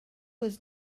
was